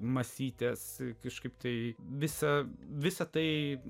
masytės kažkaip tai visą visą tai